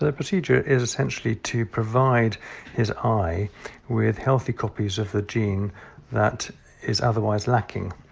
ah procedure is essentially to provide his eye with healthy copies of a gene that is otherwise lacking.